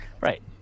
Right